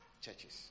churches